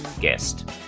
guest